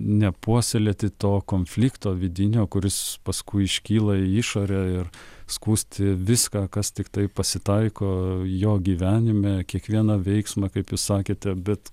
nepuoselėti to konflikto vidinio kuris paskui iškyla į išorę ir skųsti viską kas tiktai pasitaiko jo gyvenime kiekvieną veiksmą kaip jūs sakėte bet